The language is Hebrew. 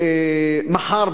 ומחר,